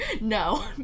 No